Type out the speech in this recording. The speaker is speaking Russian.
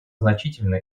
значительны